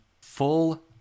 full